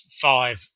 five